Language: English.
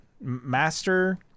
Master